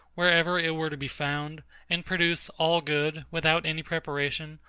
wherever it were to be found and produce all good, without any preparation,